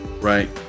Right